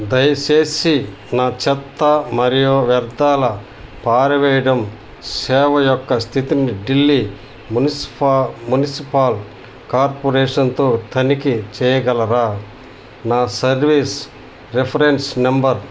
దయచేసి నా చెత్త మరియు వ్యర్థాల పారవేయడం సేవ యొక్క స్థితిని ఢిల్లీ మునిసిఫా మునిసిపల్ కార్పొరేషన్తో తనిఖీ చేయగలరా నా సర్వీస్ రిఫరెన్స్ నెంబర్